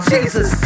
Jesus